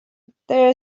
there